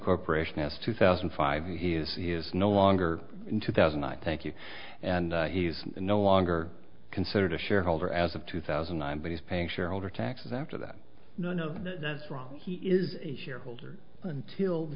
corporation as two thousand and five he is he is no longer in two thousand i thank you and he's no longer considered a shareholder as of two thousand and i'm but he's paying shareholder taxes after that no no that's wrong he is a shareholder until the